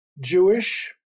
Jewish